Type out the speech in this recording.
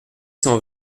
cent